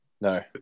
No